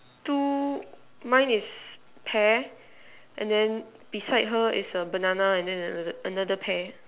two mine is pear and then beside her is a banana and then another pear